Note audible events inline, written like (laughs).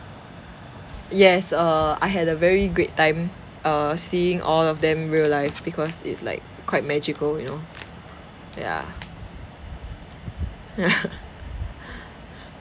yes err I had a very great time err seeing all of them real life because it's like quite magical you know yeah (laughs) yeah